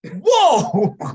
whoa